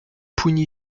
pougny